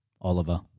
Oliver